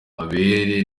abere